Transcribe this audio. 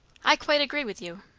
i quite agree with you.